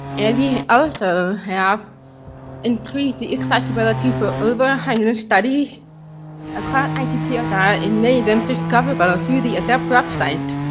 and we also have increased the accessibility for over a hundred studies across icpsr and made them discoverable ah through the addep website.